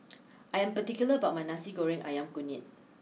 I am particular about my Nasi Goreng Ayam Kunyit